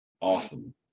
awesome